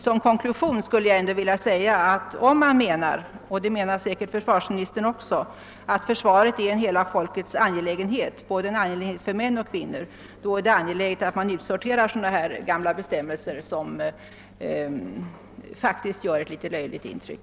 Som konklusion vill jag emellertid säga att om man menar — och det menar säkerligen försvarsministern också — att försvaret är en hela folkets angelägenhet, en angelägenhet för både män och kvinnor, så är det angeläget att man inte konserverar sådana här gamla bestämmelser, som faktiskt gör ett smått löjligt intryck.